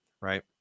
right